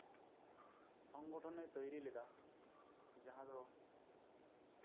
ᱡᱩᱢᱤᱫ ᱮ ᱵᱮᱱᱟᱣ ᱞᱮᱫᱟ ᱡᱟᱦᱟᱸᱫᱚ